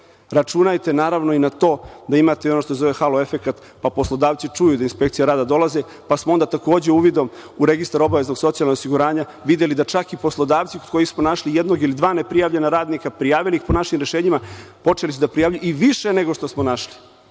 Računajte naravno i na to da imate i ono što se zove „halo efekat“, pa poslodavci čuju da inspekcija rada dolazi, pa smo onda takođe uvidom u registar obaveznog socijalnog osiguranja videli da čak i poslodavci kod kojih smo našli jednog ili dva neprijavljena radnika, prijavili ih po našim rešenjima, počeli su da prijavljuju i više nego što smo našli,